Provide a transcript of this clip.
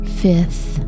fifth